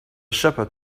shepherd